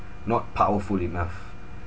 not powerful enough